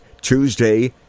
Tuesday